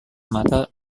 mata